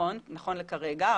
נכון כרגע,